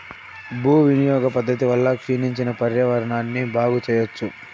భూ వినియోగ పద్ధతి వల్ల క్షీణించిన పర్యావరణాన్ని బాగు చెయ్యచ్చు